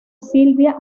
silvia